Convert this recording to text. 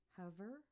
Hover